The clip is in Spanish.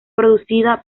producida